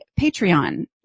Patreon